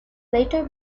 later